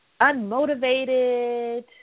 unmotivated